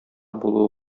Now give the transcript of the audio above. булуы